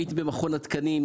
הייתי במכון התקנים,